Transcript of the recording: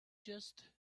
just